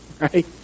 right